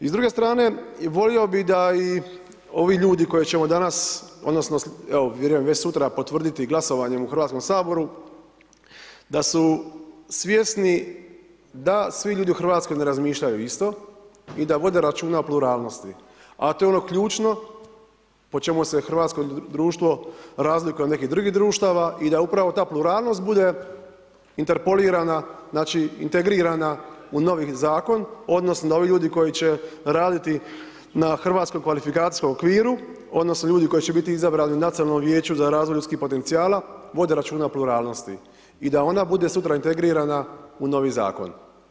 I s druge strane volio bih da i ovi ljudi koje ćemo danas, odnosno vjerujem već sutra potvrditi glasovanjem u Hrvatskom saboru da su svjesni da svi ljudi u Hrvatskoj ne razmišljaju isto i da vode računa o pluralnosti a to je ono ključno po čemu se hrvatsko društvo razlikuje od nekih drugih društava i da upravo ta pluralnost bude interpolirana, znači integrirana u novi zakon, odnosno da ovi ljudi koji će raditi na hrvatskom kvalifikacijskom okviru, odnosno ljudi koji će biti izabrani u Nacionalnom vijeću za razvoj ljudskih potencijala vode računa o pluralnosti i da ona bude sutra integrirana u novi zakon.